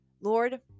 Lord